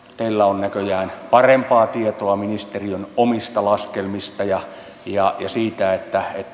teillä on näköjään parempaa tietoa ministeriön omista laskelmista ja ja siitä